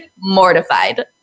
mortified